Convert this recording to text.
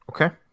Okay